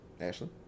ashley